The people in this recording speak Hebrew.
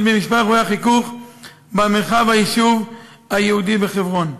במספר אירועי החיכוך במרחב היישוב היהודי בחברון.